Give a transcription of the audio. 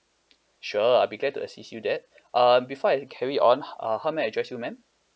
sure I'll be glad to assist you that uh before I carry on uh how may I address you madam